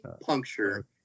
Puncture